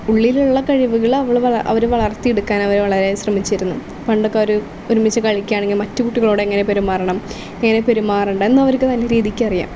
ഉള്ളിലുള്ള കഴിവുകൾ അവർ വളർത്തിയെടുക്കാൻ അവർ വളരെ ശ്രമിച്ചിരുന്നു പണ്ടൊക്കെ അവർ ഒരുമിച്ച് കളിക്കുകയാണെങ്കിൽ മറ്റു കുട്ടികളോട് എങ്ങനെ പെരുമാറണം എങ്ങനെ പെരുമാറണ്ട എന്നവർക്ക് നല്ല രീതിക്ക് അറിയാം